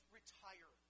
retire